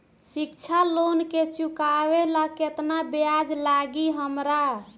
शिक्षा लोन के चुकावेला केतना ब्याज लागि हमरा?